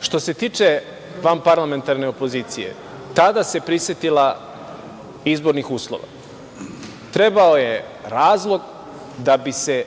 što se tiče vanparlamentarne opozicije, tada se prisetila izbornih uslova. Trebao je razlog da bi se